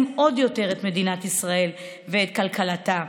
עוד יותר את מדינת ישראל ואת כלכלתה,